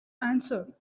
answered